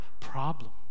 problem